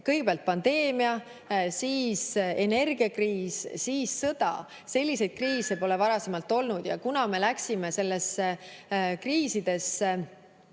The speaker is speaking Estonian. kõigepealt pandeemia, siis energiakriis, siis sõda. Selliseid kriise pole varem olnud. Kuna me läksime nendesse kriisides